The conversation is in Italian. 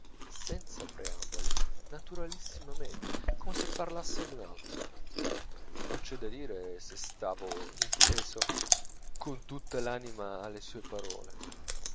senza preamboli naturalissimamente come se parlasse d'un altro non c'è da dire se stavo inteso con tutta l'anima alle sue parole